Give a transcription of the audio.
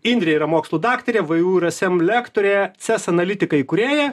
indrė yra mokslų daktarė vu ir ism lektorė ces analitikai įkūrėja